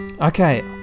Okay